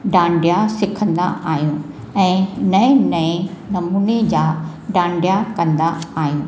डाडिंया सिखंदा आहियूं ऐं नएं नएं नमूने जा डाडिंया कंदा आहियूं